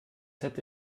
hätte